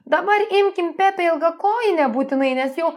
dabar imkim pepę ilgakojinę būtinai nes jau